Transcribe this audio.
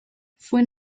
fue